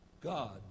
God